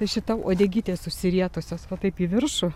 tai šita uodegytė susirietusios va taip į viršų